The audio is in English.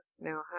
Now